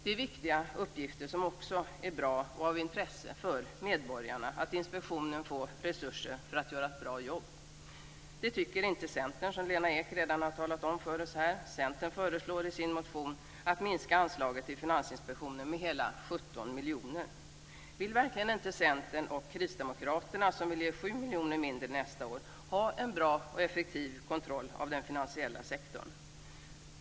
Det är viktiga uppgifter som också är bra, och det är av intresse för medborgarna att inspektionen får resurser för att göra ett bra jobb. Det tycker inte Centern, som Lena Ek redan har talat om för oss. Centern föreslår i sin motion att man ska minska anslaget till Finansinspektionen med hela 17 miljoner. Vill verkligen inte Centern och Kristdemokraterna, som vill ge 7 miljoner mindre nästa år, ha en bra och effektiv kontroll av den finansiella sektorn?